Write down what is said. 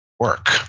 work